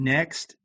Next